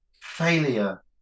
failure